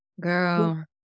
Girl